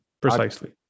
precisely